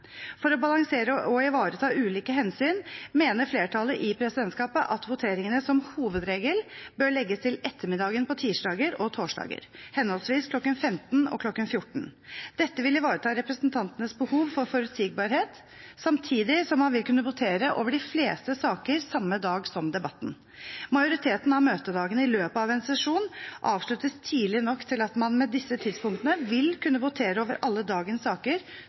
For å balansere og ivareta ulike hensyn mener flertallet i presidentskapet at voteringene som hovedregel bør legges til ettermiddagen på tirsdager og torsdager, henholdsvis klokken 15 og klokken 14. Dette vil ivareta representantenes behov for forutsigbarhet samtidig som man vil kunne votere over de fleste saker samme dag som debatten. Majoriteten av møtedagene i løpet av en sesjon avsluttes tidlig nok til at man med disse tidspunktene vil kunne votere over alle dagens saker,